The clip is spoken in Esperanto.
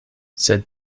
sed